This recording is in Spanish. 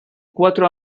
cuatro